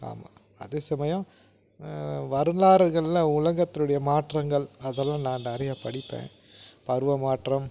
ஆமாம் அதே சமயம் வரலாறுகளில் உலகத்தினுடைய மாற்றங்கள் அதெல்லாம் நான் நிறைய படிப்பேன் பருவ மாற்றம்